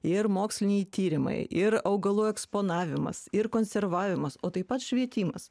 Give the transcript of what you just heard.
ir moksliniai tyrimai ir augalų eksponavimas ir konservavimas o taip pat švietimas